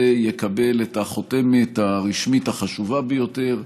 יקבל את החותמת הרשמית החשובה ביותר,